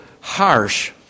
harsh